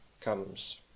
comes